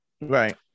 Right